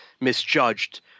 misjudged